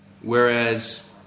Whereas